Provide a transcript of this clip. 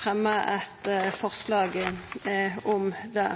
fremja eit forslag om det.